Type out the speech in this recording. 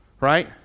right